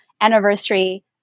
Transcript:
anniversary